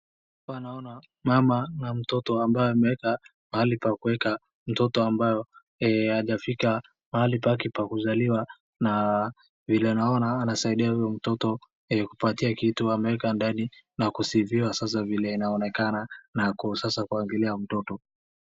Hapa naona mama na mtoto ambaye amewekwa pahali pa kuweka mtoto ambaye hajafika mahali pake pa kuzaliwa na vile naona anasaidia huyo mtoto kupatia kitu ameweka ndani na kusifiwa sasa vile inaonekana na sasa kuangalia mtoto.